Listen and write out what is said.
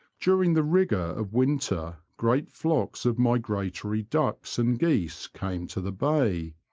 during the rigour of winter great flocks of migratory ducks and geese came to the bay,